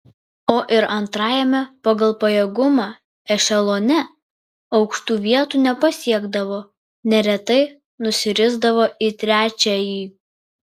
o ir antrajame pagal pajėgumą ešelone aukštų vietų nepasiekdavo neretai nusirisdavo į trečiąjį